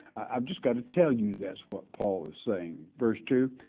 i've just got to tell you that's what paul was saying. verse two,